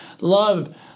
love